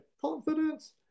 confidence